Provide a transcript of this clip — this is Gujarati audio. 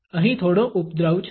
અહીં થોડો ઉપદ્રવ છે